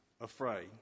afraid